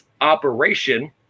operation